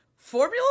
Formula